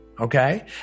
Okay